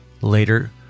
Later